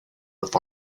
with